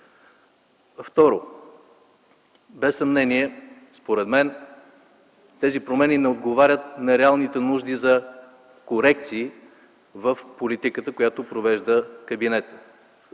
Второ, без съмнение, според мен тези промени не отговарят на реалните нужди за корекции в политиката, която провежда кабинетът.